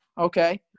Okay